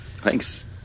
Thanks